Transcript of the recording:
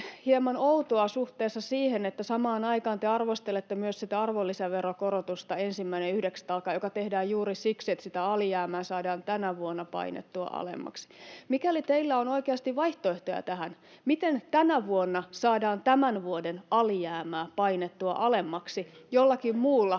hieman outoa suhteessa siihen, että samaan aikaan te arvostelette myös sitä arvonlisäveron korotusta 1.9. alkaen, joka tehdään juuri siksi, että sitä alijäämää saadaan tänä vuonna painettua alemmaksi. Mikäli teillä on oikeasti vaihtoehtoja tähän, miten tänä vuonna saadaan tämän vuoden alijäämää painettua alemmaksi jollakin muulla